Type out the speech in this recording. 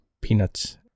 peanuts